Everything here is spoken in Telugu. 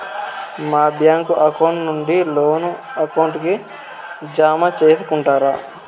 మా బ్యాంకు అకౌంట్ నుండి లోను అకౌంట్ కి జామ సేసుకుంటారా?